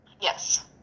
Yes